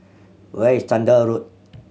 where is Chander Road